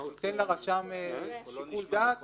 שייתן לרשם שיקול דעת